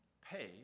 pay